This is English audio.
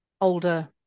older